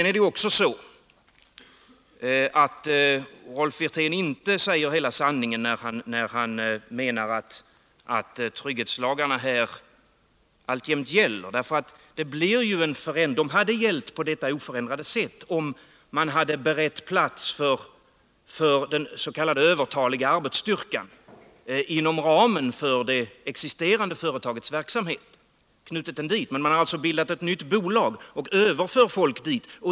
Rolf Wirtén säger inte heller hela sanningen när han menar att trygghetslagarna här alltjämt gäller. De hade gällt på detta oförändrade sätt, om man hade berett plats för den s.k. övertaliga arbetsstyrkan inom ramen för det existerande företagets verksamhet, men man har bildat ett nytt bolag och 15 överför folk dit.